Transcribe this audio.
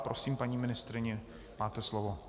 Prosím, paní ministryně, máte slovo.